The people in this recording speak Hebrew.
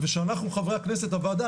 ושאנחנו חברי הכנסת והוועדה,